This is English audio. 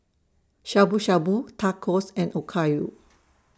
Shabu Shabu Tacos and Okayu